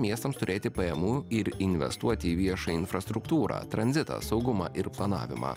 miestams turėti pajamų ir investuot į viešą infrastruktūrą tranzitą saugumą ir planavimą